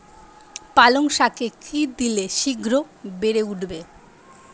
পালং শাকে কি দিলে শিঘ্র বেড়ে উঠবে?